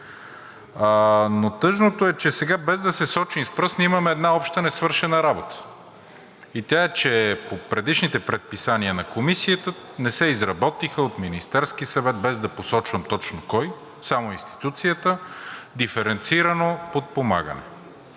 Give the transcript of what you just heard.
Но тъжното е, че сега, без да се сочим с пръст, ние имаме една обща несвършена работа. И тя е, че по предишните предписания на Комисията не се изработиха от Министерския съвет, без да посочвам точно кой, само институцията, диференцирано подпомагане,